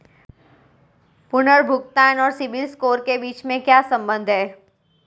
पुनर्भुगतान और सिबिल स्कोर के बीच क्या संबंध है?